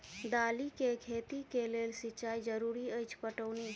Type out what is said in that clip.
दालि केँ खेती केँ लेल सिंचाई जरूरी अछि पटौनी?